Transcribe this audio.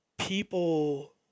People